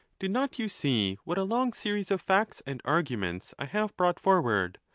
do not you see what a long series of facts and arguments i have brought forward,